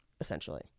essentially